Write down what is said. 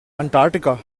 antarktika